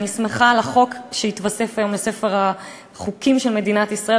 אני שמחה על החוק שהתווסף היום לספר החוקים של מדינת ישראל,